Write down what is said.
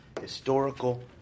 historical